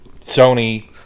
Sony